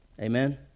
Amen